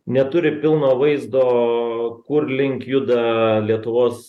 neturi pilno vaizdo kur link juda lietuvos